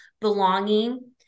belonging